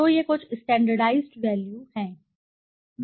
तो ये कुछ स्टैण्डर्डाइज़्ड वैल्यू हैं